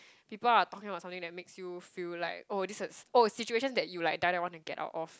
people are talking about something that makes you feel like oh this oh situations that you like die die want to get out of